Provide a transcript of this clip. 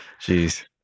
jeez